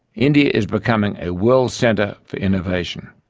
india is becoming a world centre for innovation.